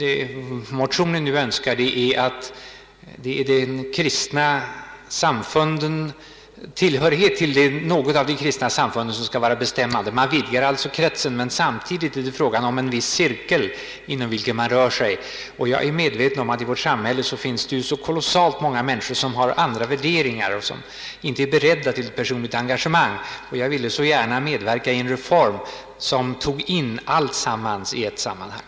Vad motionärerna önskar är att tillhörigheten till något av de kristna samfunden skall vara avgörande. Man vidgar alltså kretsen, men samtidigt är det fråga om en viss cirkel inom vilken man rör sig. Jag är medveten om att det i vårt samhälle finns många människor som har andra värderingar och som inte är beredda till ett personligt engagemang. Jag ville så gärna medverka till en reform som förde in allt i ett sammanhang.